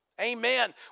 amen